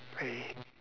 really